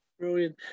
Brilliant